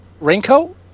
Raincoat